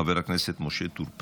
חבר הכנסת משה טור פז,